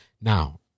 now